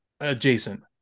adjacent